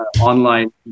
online